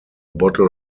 bottle